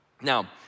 Now